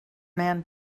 man